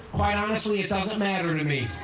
quite honestly, it doesn't matter to me.